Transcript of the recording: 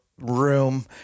room